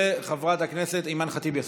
וחברת הכנסת אימאן ח'טיב יאסין,